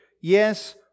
Yes